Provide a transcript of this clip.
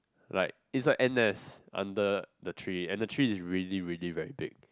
like is like ant nest under the tree and the tree is really really very big